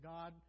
God